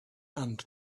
and